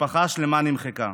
משפחה שלמה נמחקה.